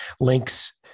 links